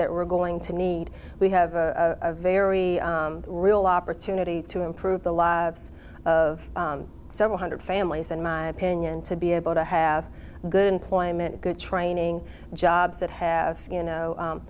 that we're going to need we have a very real opportunity to improve the lives of several hundred family in my opinion to be able to have good employment good training jobs that have you know